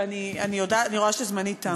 ואני רואה שזמני תם.